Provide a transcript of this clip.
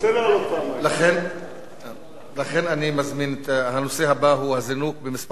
נעבור להצעות לסדר-היום בנושא: הזינוק במספר המפוטרים במשק,